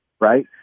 right